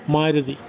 Maruti